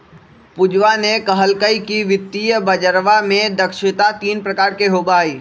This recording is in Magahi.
पूजवा ने कहल कई कि वित्तीय बजरवा में दक्षता तीन प्रकार के होबा हई